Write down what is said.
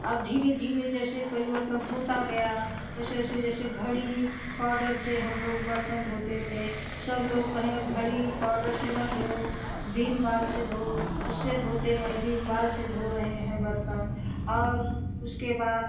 अब धीरे धीरे जैसे परिवर्तन होता गया वैसे वैसे जैसे घड़ी पावडर से हम लोग बर्तन धोते थे सब लोग कहे घड़ी पावडर से ना धोओ बीम बाल से धोओ उससे धोते गये बीम बाल से धो रहे हैं बर्तन और उसके बाद